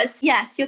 Yes